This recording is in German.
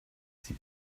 sie